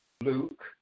Luke